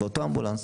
ואותו אמבולנס,